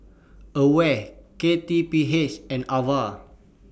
AWARE K T P H and AVA